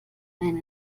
einen